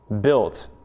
built